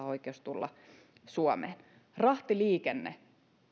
oikeus tulla suomeen rahtiliikenne